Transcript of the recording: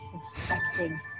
suspecting